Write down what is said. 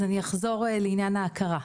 אז אני אחזור לעניין ההכרה,